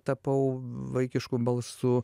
tapau vaikišku balsu